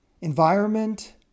Environment